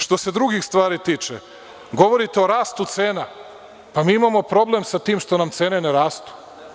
Što se drugih stvari tiče, govorite o rastu cena, pa mi imamo problem sa tim što nam cene ne rastu.